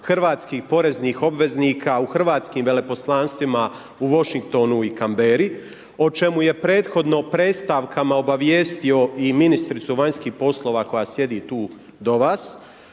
hrvatskih poreznih obveznika u hrvatskih veleposlanstvima u Washingtonu i Canberri o čemu je prethodno predstavkama obavijestio i ministricu vanjskih poslova koja sjedi tu do vas.